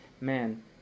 man